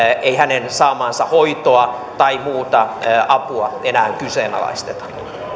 ei hänen saamaansa hoitoa tai muuta apua enää kyseenalaisteta